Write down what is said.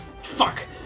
Fuck